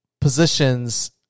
positions